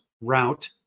route